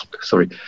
sorry